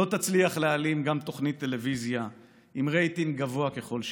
לא תצליח להעלים גם תוכנית טלוויזיה עם רייטינג גבוה ככל שיהיה.